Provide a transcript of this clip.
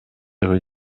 rue